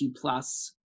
plus